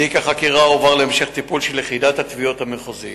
תיק החקירה הועבר להמשך טיפול של יחידת התביעות המחוזית.